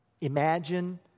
Imagine